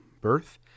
birth